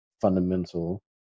fundamental